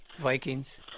Vikings